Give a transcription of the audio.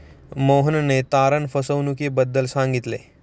मोहनने तारण फसवणुकीबद्दल सांगितले